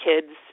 kids